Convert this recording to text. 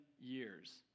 years